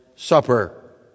supper